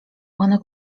one